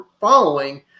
following